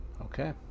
Okay